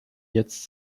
jetzt